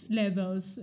levels